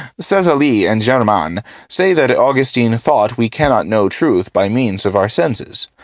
so cesalli and germann say that augustine thought we cannot know truth by means of our senses.